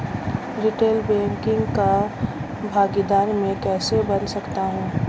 Retail banking का भागीदार मैं कैसे बन सकता हूँ?